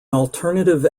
alternative